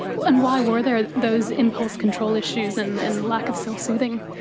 and why were there those impulse control issues and and lack of self-soothing?